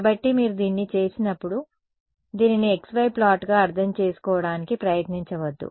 కాబట్టి మీరు దీన్ని చూసినప్పుడు దీనిని xy ప్లాట్గా అర్థం చేసుకోవడానికి ప్రయత్నించవద్దు